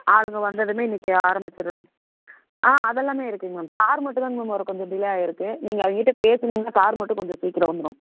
ஆளுங்க வந்ததுமே இன்றைக்கு ஆரமிச்சிடுவோங்க ஆ அதெல்லாமே இருக்குங்க மேம் தார் மட்டும் தாங்க மேம் ஒரு கொஞ்சம் டிலே ஆகிருக்கு நீங்கள் அவங்கிட்ட பேசுனிங்கன்னால் தார் மட்டும் கொஞ்சம் சீக்கிரம் வந்துடும்